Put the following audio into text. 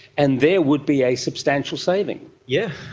and there would be a substantial saving. yeah